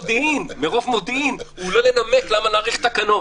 מודיעין הוא עולה לנמק תקנות.